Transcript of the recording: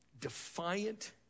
defiant